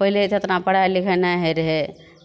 पहिले तऽ एतना पढ़ाइ लिखाइ नहि होइ रहै